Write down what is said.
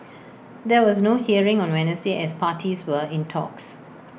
there was no hearing on Wednesday as parties were in talks